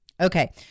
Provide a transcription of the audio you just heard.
Okay